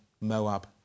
Moab